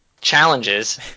challenges